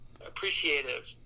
Appreciative